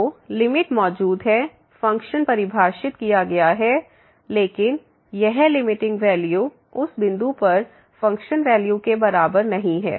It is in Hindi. तो लिमिट मौजूद है फ़ंक्शन परिभाषित किया गया है लेकिन यह लिमिटिंग वैल्यू उस बिंदु पर फंक्शन वैल्यू के बराबर नहीं है